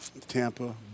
Tampa